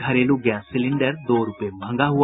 घरेलू gas cylinder दो रूपये महंगा हुआ